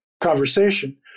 conversation